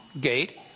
gate